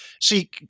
see